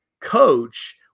coach